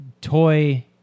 toy